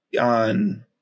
on